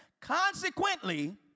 consequently